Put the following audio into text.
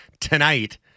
tonight